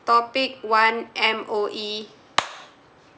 topic one M_O_E